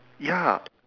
ya